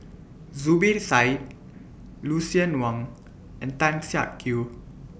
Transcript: Zubir Said Lucien Wang and Tan Siak Kew